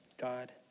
God